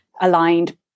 aligned